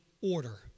order